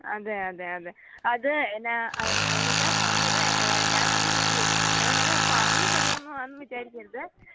അതെ അതെ അതെ അത് എന്നാൽ അനിത കുറച്ചൂടെ ഞാനങ്ങനെ ഇയ്യോ ഞാനങ്ങനെ പറഞ്ഞ് തരുവൊന്നുവാന്ന് വിചാരിക്കരുത്